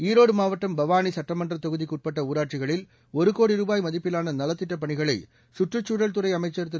ஈரோடு மாவட்டம் பவானி சுட்டமன்ற தொகுதிக்குட்பட்ட ஊராட்சிகளில் ஒரு கோடி ரூபாய் மதிப்பிலான நலத்திட்டப் பணிகளை சுற்றுச்சூழல் துறை அமைச்சர் திரு